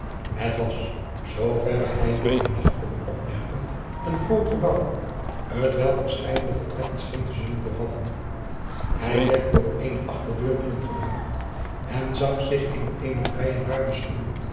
het was zooverre hij dit bij nacht kon opmerken een groot gebouw t welk verscheidene vertrekken scheen te zullen bevatten hij werd door eene achterdeur binnen gebracht en zag zich in eene vrij ruime schuur